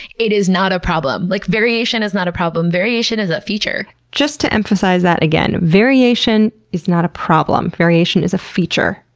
it is not a problem. like variation is not a problem variation variation is a feature just to emphasize that again, variation is not a problem. variation is a feature.